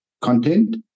content